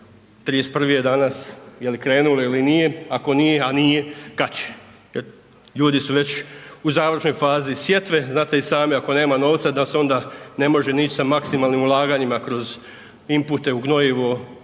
31. je danas jeli krenuo ili nije? Ako nije, a nije? Kad će, ljudi su već u završnoj fazi sjetve, znate i sami ako nema novca da se onda ne može ni ići sa maksimalnim ulaganjima kroz impute u gnojivo,